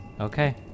Okay